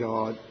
God